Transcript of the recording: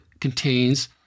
contains